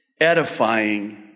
edifying